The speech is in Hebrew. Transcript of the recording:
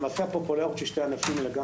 הפופולריות של שני הענפים הללו,